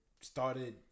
started